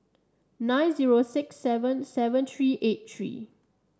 nine zero six seven seven three eight three